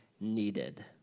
needed